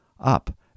Up